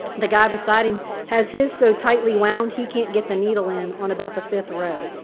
the guy beside him has his so tightly wound, he can't get the needle in on about the fifth row.